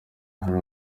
hari